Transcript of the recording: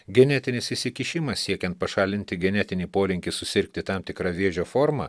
genetinis įsikišimas siekiant pašalinti genetinį polinkį susirgti tam tikra vėžio forma